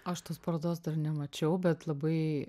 aš tos parodos dar nemačiau bet labai